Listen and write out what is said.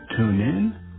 TuneIn